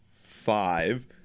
five